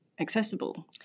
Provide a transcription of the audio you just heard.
accessible